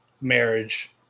marriage